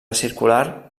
circular